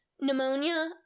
pneumonia